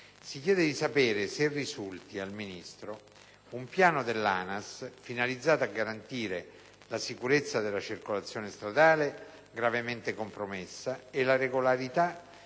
si chiede di sapere se risulti al Ministro un piano dell'ANAS finalizzato a garantire la sicurezza della circolazione stradale, gravemente compromessa, e la regolarità